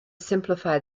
simplify